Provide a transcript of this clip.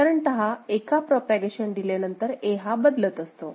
साधारणतः एका propagation delay नंतर A हा बदलत असतो